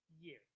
year